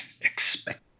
Expect